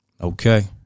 okay